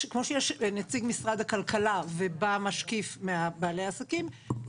כמו שיש נציג משרד הכלכלה ובא משקיף מבעלי העסקים,